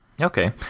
Okay